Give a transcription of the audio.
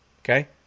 Okay